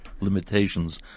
limitations